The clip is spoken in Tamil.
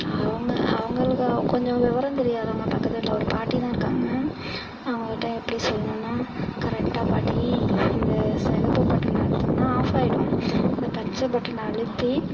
அவங்க அவங்களுக்கு கொஞ்சோம் விவரம் தெரியாதவங்க பக்கத்துக்கு வீட்டில் ஒரு பாட்டி தான் இருக்காங்க அவங்ககிட்ட எப்படி சொல்லணும்னால் கரெக்ட்டாக பாட்டி இந்த சிகப்பு பட்டனை அழுத்திங்கனால் ஆஃப் ஆகிடும் இந்த பச்சை பட்டனை அழுத்தி